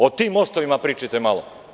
O tim mostovima pričajte malo.